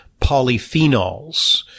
polyphenols